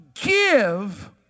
give